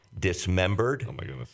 dismembered